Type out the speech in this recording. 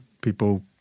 people